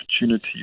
opportunity